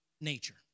nature